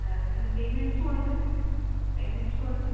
બરાબર અને પેમેન્ટ શું હસે પેમેન્ટ શું હસે